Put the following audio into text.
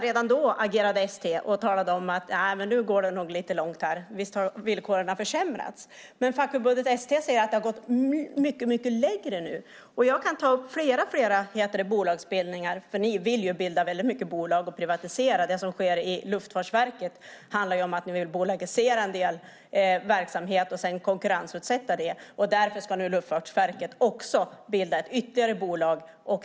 Redan då agerade ST och sade: Men nu går det nog lite långt här, visst har villkoren försämrats. Men fackförbundet ST säger att det nu har gått mycket, mycket längre. Jag kan ta upp flera bolagsbildningar, för ni vill bilda väldigt mycket bolag och privatisera. Det som sker i Luftfartsverket handlar ju om att ni vill bolagisera en del verksamhet och sedan konkurrensutsätta den. Därför ska nu Luftfartsverket bilda ytterligare ett bolag.